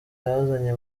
yazanye